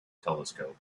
telescope